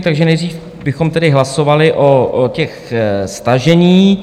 Takže nejdřív bychom tedy hlasovali o těch staženích.